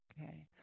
Okay